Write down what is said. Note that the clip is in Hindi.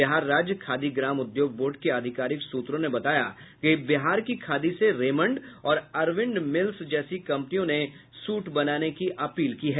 बिहार राज्य खादी ग्राम उद्योग बोर्ड के अधिकारिक सूत्रों ने बताया कि बिहार की खादी से रेमंड और अरविंद मिल्स जैसी कम्पनियों ने सूट बनाने की अपील की है